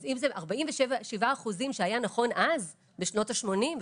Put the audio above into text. אז אם זה 47% שהיו נכונים אז בשנות ה-80,